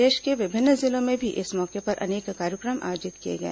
प्रदेश के विभिन्न जिलों में भी इस मौके पर अनेक कार्यक्रम आयोजित किए गए